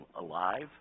alive